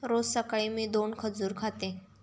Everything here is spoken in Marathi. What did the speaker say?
रोज सकाळी मी दोन खजूर खाते